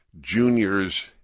juniors